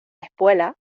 espuela